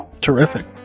Terrific